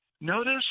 notice